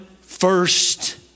first